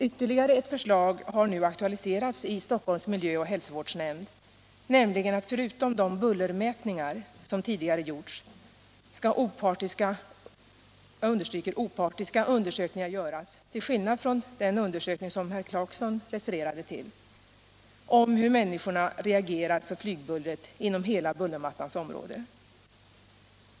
Ytterligare ett förslag har nu aktualiserats i Stockholms miljö och hälsovårdsnämnd, nämligen att förutom de bullermätningar som man tidigare gjort låta göra opartiska undersökningar, till skillnad från den undersökning som herr Clarkson refererade till, om hur människorna reagerar för fNlygbullret inom hela bullermattans område.